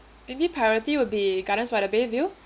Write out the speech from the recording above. maybe priority would be gardens by the bay view